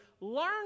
Learn